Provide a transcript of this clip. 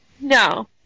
No